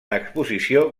exposició